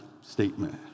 statement